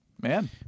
Man